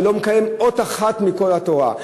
שלא מקיים אות אחת מכל התורה,